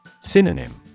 Synonym